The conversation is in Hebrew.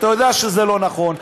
אתה יודע שזה לא נכון.